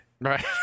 right